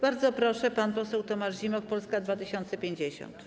Bardzo proszę, pan poseł Tomasz Zimoch, Polska 2050.